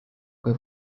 kui